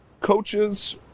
Coaches